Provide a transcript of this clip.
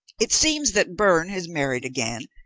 it seems that byrne has married again,